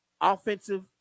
offensive